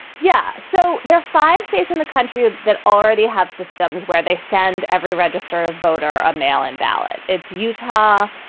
yeah. so there are five states in the country that already have systems where they send every registered voter a mail in ballot. it's utah,